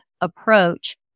approach